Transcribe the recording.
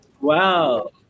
Wow